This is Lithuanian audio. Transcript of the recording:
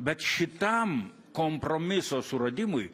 bet šitam kompromiso suradimui